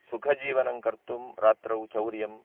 सुखजीवनं कर्तुं रात्रौ चौर्यं